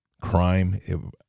Crime